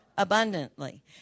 abundantly